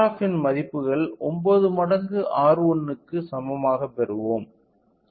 Rf இன் மதிப்புகள் 9 மடங்கு R1 க்கு சமமாக பெறுவோம்